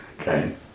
Okay